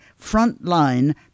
frontline